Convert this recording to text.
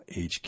HQ